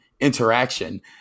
interaction